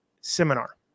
seminar